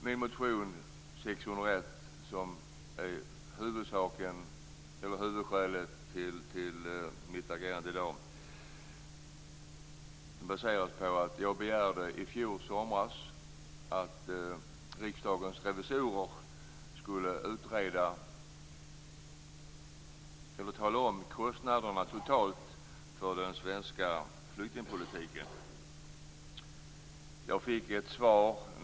Min motion Sf601 - som är huvudskälet till mitt agerande i dag - baseras på att jag i fjol sommar begärde att Riksdagens revisorer skulle tala om de totala kostnaderna för den svenska flyktingpolitiken.